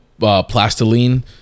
plastiline